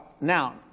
Now